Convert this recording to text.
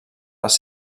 les